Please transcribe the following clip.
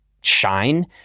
shine